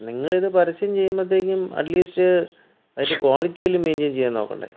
നിങ്ങളിത് പരസ്യം ചെയ്യുമ്പോഴ്ത്തേക്കും അറ്റ്ലീസ്റ്റ് അതിൻ്റെ ക്വാളിറ്റി എങ്കിലും മെയിൻറ്റയിൻ ചെയ്യാൻ നോക്കണ്ടേ